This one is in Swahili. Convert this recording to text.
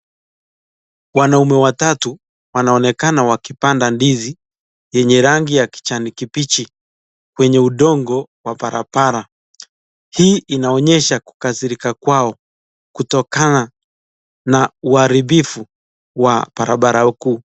Wanaume watatu wanaonekana wakipanda ndizi yenye rangi ya kijani kibichi kwenye udongo wa barabara. Hii inaonesha kukasirika kwao, kutokana na uharibifu wa barabara huku.